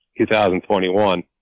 2021